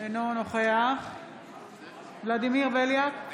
אינו נוכח ולדימיר בליאק,